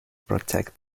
protect